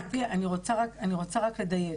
גברתי, אני רק רוצה לדייק.